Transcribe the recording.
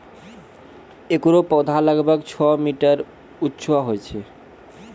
एकरो पौधा लगभग छो मीटर उच्चो होय छै